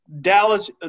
Dallas